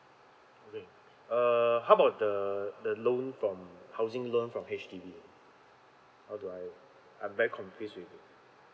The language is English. okay err how about the the loan from housing loan from H_D_B how do I I'm very confused with it